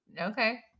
Okay